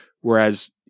Whereas